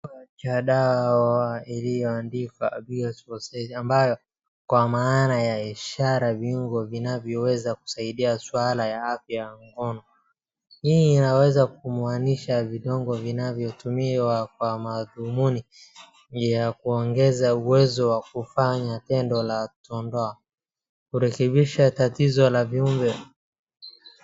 Dawa iliyoandikwa pills for sex ambayo kwa maana ya ishara viungo vinavyoweza kusaidia swala ya afya ya ngono , hii inaweza kumaanisha vidongo vinavyotumiwa kwa mathumuni ya kuongeza uwezo wa kufanya tendo la ndoa, kurekebisha tatizo la viumbe .